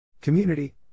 Community